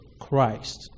Christ